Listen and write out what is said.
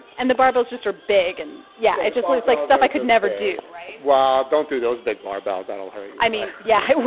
and the barbells just are big. and yeah, it just looks like stuff i could never do. right? well, don't do those big barbells. that'll hurt you i mean, yeah,